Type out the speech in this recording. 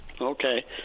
Okay